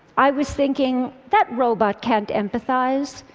i was thinking, that robot can't empathize.